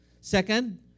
Second